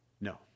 No